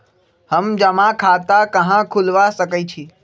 हम जमा खाता कहां खुलवा सकई छी?